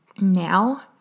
now